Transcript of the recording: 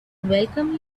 welcome